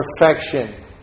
perfection